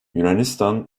yunanistan